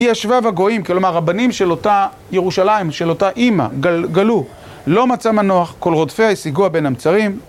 היא ישבה בגויים, כלומר הבנים של אותה ירושלים, של אותה אימא, גלו, לא מצא מנוח, כל רודפיה השיגוה בין המיצרים